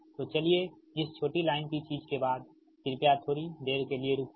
तो चलिए इस छोटी लाइन की चीज़ के बाद कृपया थोड़ी देर के लिए रुकिए